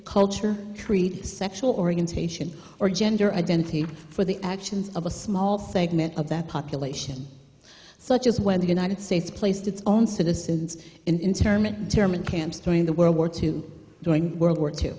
culture create sexual orientation or gender identity for the actions of a small segment of that population such as when the united states placed its own citizens in term and determined camps during the world war two during world war two